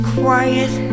quiet